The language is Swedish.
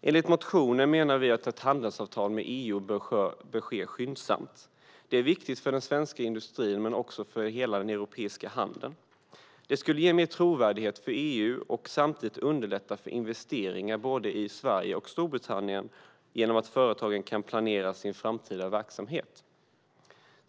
Enligt motionen menar vi att ett handelsavtal med EU bör ingås skyndsamt. Det är viktigt för den svenska industrin men också för hela den europeiska handeln. Det skulle ge mer trovärdighet för EU och samtidigt underlätta för investeringar både i Sverige och i Storbritannien genom att företagen kan planera sin framtida verksamhet.